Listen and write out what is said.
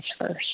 first